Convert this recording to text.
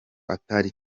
atari